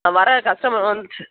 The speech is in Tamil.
வர கஸ்டமர் வந் ஸ்